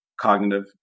cognitive